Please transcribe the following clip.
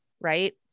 right